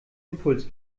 impuls